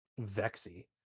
vexy